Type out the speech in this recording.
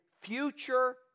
future